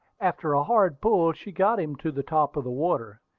after a hard pull she got him to the top of the water.